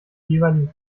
jeweiligen